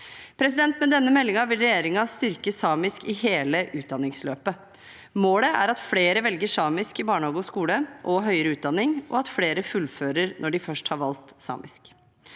meldingen vil regjeringen styrke samisk i hele utdanningsløpet. Målet er at flere velger samisk i barnehage og skole og høyere utdanning, og at flere fullfører når de først har valgt samisk.